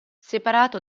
separato